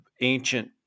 ancient